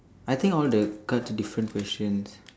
I think all the cards different questions